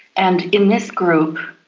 and in this group,